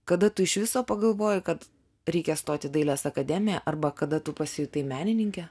kada tu iš viso pagalvojai kad reikia stoti į dailės akademiją arba kada tu pasijutai menininke